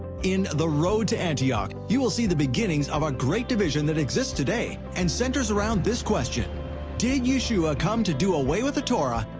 in the road to antioch, you will see the beginnings of a great division that exists today and centers around this question did yeshua come to do away with the torah,